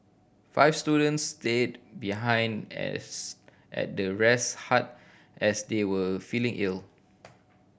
five students stayed behind as at the rest hut as they were feeling ill